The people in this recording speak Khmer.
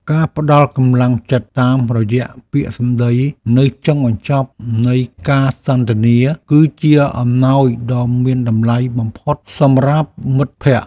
ការផ្ដល់កម្លាំងចិត្តតាមរយៈពាក្យសម្តីនៅចុងបញ្ចប់នៃការសន្ទនាគឺជាអំណោយដ៏មានតម្លៃបំផុតសម្រាប់មិត្តភក្តិ។